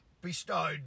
bestowed